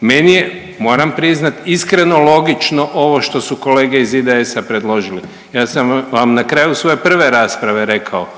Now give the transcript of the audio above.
Meni je moram priznat iskreno logično ovo što su kolege iz IDS-a predložili. Ja sam vam na kraju svoje prve rasprave rekao